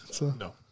No